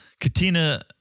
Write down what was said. Katina